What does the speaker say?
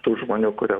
tų žmonių kurie